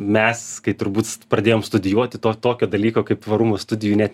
mes kai turbūt s pradėjom studijuoti to tokio dalyko kaip tvarumo studijų net